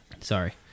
Sorry